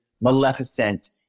Maleficent